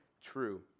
true